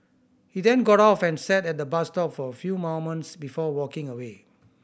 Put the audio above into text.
he then got off and sat at the bus stop for a few moments before walking away